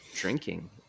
drinking